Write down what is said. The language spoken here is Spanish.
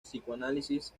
psicoanálisis